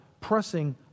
pressing